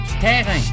terrain